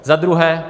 Za druhé.